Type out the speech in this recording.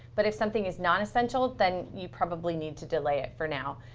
but if something is nonessential, then you probably need to delay it for now.